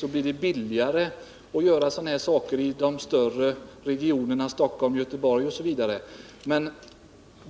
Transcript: sett blir det självfallet billigare att vidta sådana här åtgärder i de större regionerna som Stockholm, Göteborg osv.